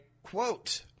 Quote